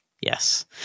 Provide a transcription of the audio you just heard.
Yes